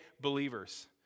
believers